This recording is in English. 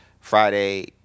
Friday